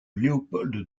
léopold